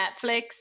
Netflix